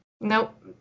Nope